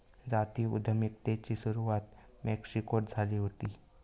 जाती उद्यमितेची सुरवात मेक्सिकोत झाली हुती